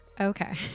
Okay